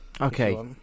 Okay